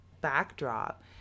backdrop